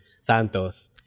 Santos